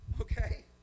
Okay